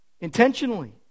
Intentionally